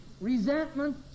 resentment